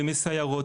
ימי סיירות,